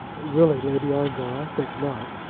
really, lady ongar, i think not.